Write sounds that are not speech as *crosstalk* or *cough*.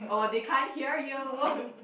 oh they can't hear you *laughs*